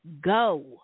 go